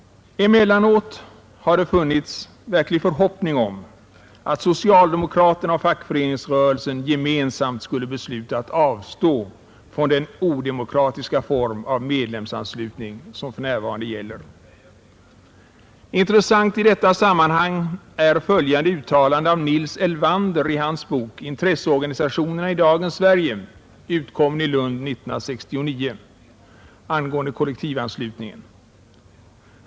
Emellanåt har det funnits verklig förhoppning om att socialdemokraterna och fackföreningsrörelsen gemensamt skulle beslutat avstå från den odemokratiska form av medlemsanslutning som för närvarande gäller. Intressant i detta sammanhang är följande uttalande av Nils Elvander i hans bok ”Intresseorganisationerna i dagens Sverige” angående kollektivanslutningen.